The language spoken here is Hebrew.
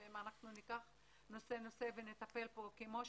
ואם ניקח נושא, נושא ונטפל בו כמו שצריך,